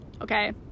Okay